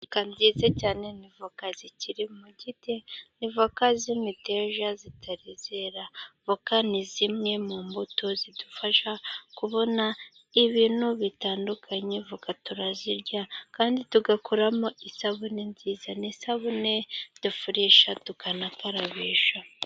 Avoka nziza cyane ni avoka zikiri mu giti, ni avoka z'imiteja zitari zera. Avoka ni zimwe mu mbuto zidufasha kubona ibintu bitandukanye. Avoka turazirya kandi tugakoramo isabune nziza. Ni isabune dufurisha tukanakarabisha.